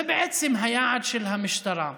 זה בעצם היעד של המשטרה: